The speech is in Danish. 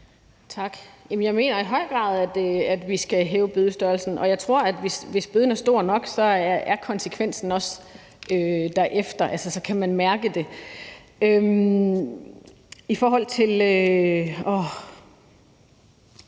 Jamen jeg mener i høj grad, at vi skal hæve bødestørrelsen, og jeg tror, at hvis bøden er stor nok, er konsekvensen også derefter, altså så kan man mærke det. I forhold til